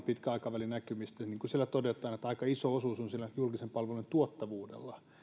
pitkän aikavälin näkymistä niin kuin siellä todetaan aika iso osuus on julkisten palvelujen tuottavuudella